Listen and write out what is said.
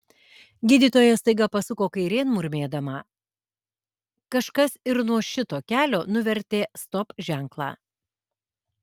gydytoja staiga pasuko kairėn murmėdama kažkas ir nuo šito kelio nuvertė stop ženklą